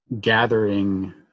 gathering